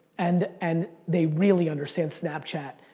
and and they really understand snapchat,